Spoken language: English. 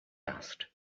asked